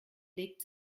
legt